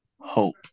Hope